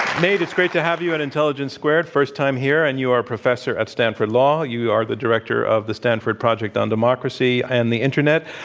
nate, it's great to have you at intelligence squared, first time here. and you are a professor at stanford law. you are the director of the stanford project on democracy and the internet.